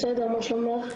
בסדר, מה שלומך?